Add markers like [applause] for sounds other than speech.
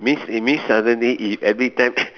means it means suddenly if every time [coughs]